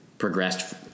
progressed